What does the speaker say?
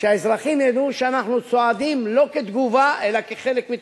שהאזרחים ידעו שאנחנו צועדים לא כתגובה אלא כחלק מתוכנית.